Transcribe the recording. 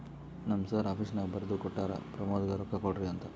ನಮ್ ಸರ್ ಆಫೀಸ್ನಾಗ್ ಬರ್ದು ಕೊಟ್ಟಾರ, ಪ್ರಮೋದ್ಗ ರೊಕ್ಕಾ ಕೊಡ್ರಿ ಅಂತ್